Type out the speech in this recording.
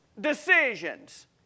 decisions